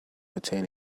attain